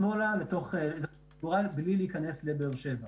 שמאלה, מבלי להיכנס לבאר שבע.